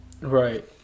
Right